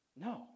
No